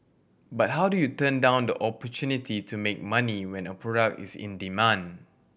but how do you turn down the opportunity to make money when a product is in demand